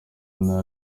ntara